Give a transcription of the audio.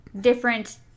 different